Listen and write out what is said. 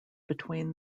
between